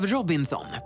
Robinson